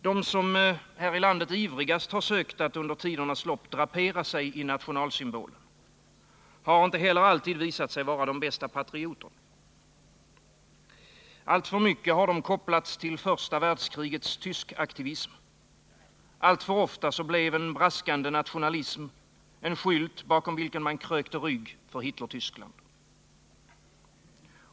De som här i landet ivrigast har sökt att drapera sig i nationalsymbolen har inte heller alltid visat sig vara de bästa patrioterna. Alltför mycket har det kopplats till första världskrigets tyskaktivism, alltför ofta blev en braskande nationalism en skylt bakom vilken man krökte rygg för Hitlertyskland.